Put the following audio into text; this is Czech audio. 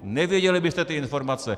Nevěděli byste ty informace.